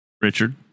Richard